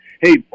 hey